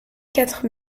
quatre